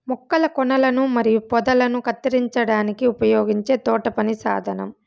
మొక్కల కొనలను మరియు పొదలను కత్తిరించడానికి ఉపయోగించే తోటపని సాధనం